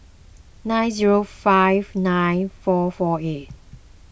seven zero five nine four four eight